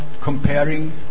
comparing